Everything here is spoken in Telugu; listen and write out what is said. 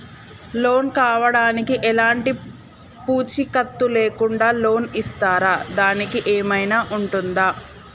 లోన్ కావడానికి ఎలాంటి పూచీకత్తు లేకుండా లోన్ ఇస్తారా దానికి ఏమైనా ఉంటుందా?